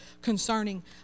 concerning